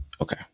Okay